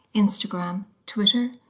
instagram, twitter,